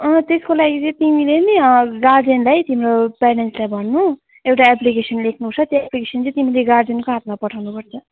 अँ त्यसको लागि चाहिँ तिमीले नि गार्जेनलाई तिम्रो प्यारेन्ट्सलाई भन्नु एउटा एप्लिकेसन लेख्नुपर्छ त्यो एप्लिकेसन चाहिँ तिमीले गार्जेनको हातमा पठाउनुपर्छ